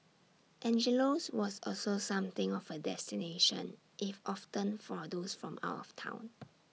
Angelo's was also something of A destination if often for those from out of Town